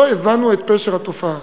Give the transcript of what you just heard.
לא הבנו את פשר התופעה.